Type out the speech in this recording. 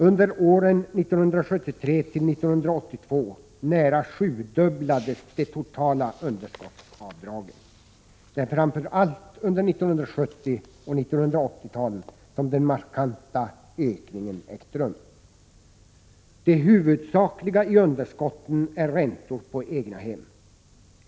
Under åren 1973—1982 nära sjudubblades de totala underskottsavdragen. Det är framför allt under 1970 och 1980-talen som den markanta ökningen ägt rum. Det huvudsakliga i underskotten är räntor på egna hem.